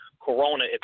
Corona